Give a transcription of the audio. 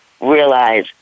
realize